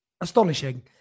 Astonishing